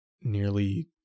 nearly